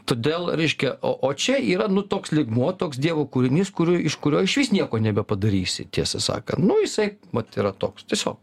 todėl reiškia o o čia yra nu toks lygmuo toks dievo kūrinys kurį iš kurio išvis nieko nebepadarysi tiesą sakant nu jisai mat yra toks tiesiog